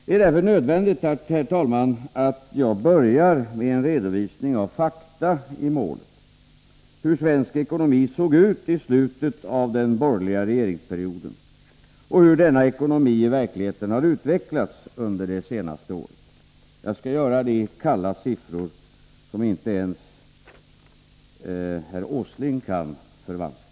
Det är därför nödvändigt, herr talman, att jag börjar med en redovisning av fakta i målet, hur svensk ekonomi såg ut i slutet av den borgerliga regeringsperioden och hur denna ekonomi i verkligheten har utvecklats under det senaste året. Jag skall lämna kalla siffror som inte ens herr Åsling kan förvanska.